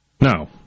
No